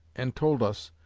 and told us,